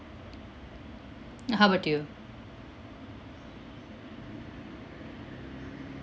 uh how about you